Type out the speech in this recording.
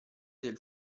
del